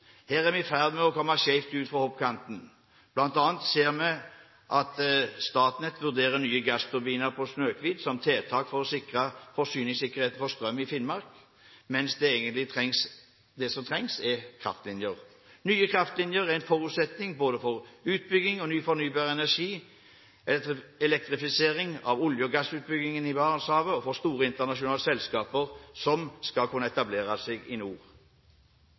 Her er vi i ferd med å komme skjevt ut fra hoppkanten. Blant annet ser vi nå at Statnett vurderer nye gassturbiner på Snøhvit som tiltak for å sikre forsyningssikkerheten for strøm i Finnmark, mens det som egentlig trengs, er kraftlinjer. Nye kraftlinjer er en forutsetning både for utbygging av ny fornybar energi, for elektrifisering av olje- og gassutbygginger i Barentshavet og for at store internasjonale selskaper skal kunne etablere seg i nord.